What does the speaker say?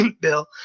Bill